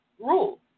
rule